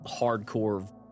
hardcore